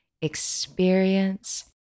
experience